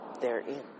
therein